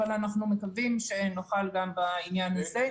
אבל אנחנו מקווים שנוכל גם בעניין הזה,